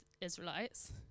Israelites